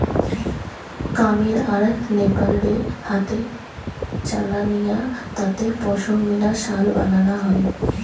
কামীর আর নেপাল রে হাতে চালানিয়া তাঁতে পশমিনা শাল বানানা হয়